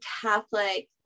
Catholic